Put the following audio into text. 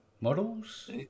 models